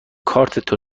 کارت